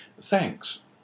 Thanks